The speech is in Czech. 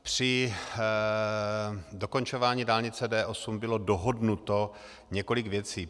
Při dokončování dálnice D8 bylo dohodnuto několik věcí.